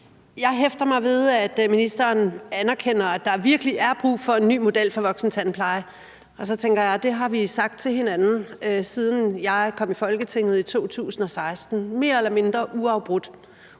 Jeg hæfter mig ved, at ministeren anerkender, at der virkelig er brug for en ny model for voksentandpleje, og så tænker jeg, at det har vi sagt til hinanden, siden jeg kom i Folketinget i 2016, mere eller mindre uafbrudt,